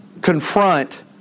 confront